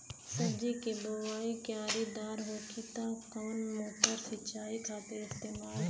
सब्जी के बोवाई क्यारी दार होखि त कवन मोटर सिंचाई खातिर इस्तेमाल होई?